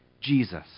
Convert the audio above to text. Jesus